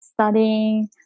studying